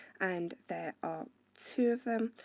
and there are two of them.